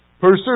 Pursue